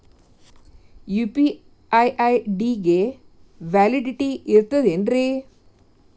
UPI ID ಗೆ validity ಇರತದ ಏನ್ರಿ?